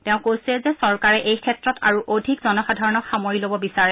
তেওঁ কৈছে যে চৰকাৰে এই ক্ষেত্ৰত আৰু অধিক জনসাধাৰণক সামৰি লব বিচাৰে